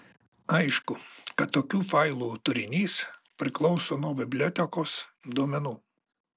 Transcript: aišku kad tokių failų turinys priklauso nuo bibliotekos duomenų